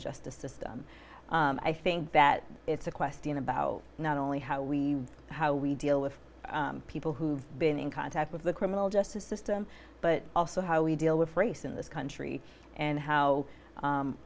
justice system i think that it's a question about not only how we how we deal with people who've been in contact with the criminal justice system but also how we deal with race in this country and how